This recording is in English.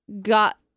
got